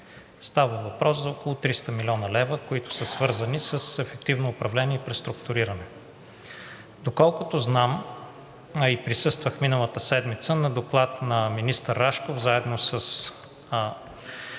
Става въпрос за около 300 млн. лв., които са свързани с ефективно управление и преструктуриране. Доколкото знам, а и присъствах миналата седмица на доклад на министър Рашков заедно с